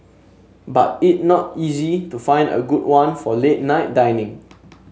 but it not easy to find a good one for late night dining